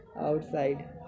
outside